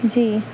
جی